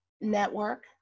network